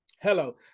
Hello